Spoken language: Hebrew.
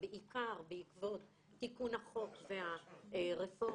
בעיקר בעקבות תיקון החוק והרפורמה,